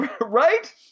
Right